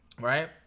Right